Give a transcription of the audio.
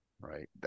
Right